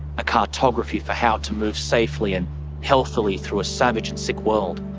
a cartography for how to move safely and healthily through a savage and sick world.